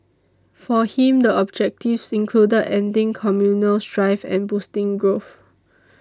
for him the objectives included ending communal strife and boosting growth